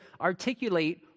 articulate